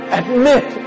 admit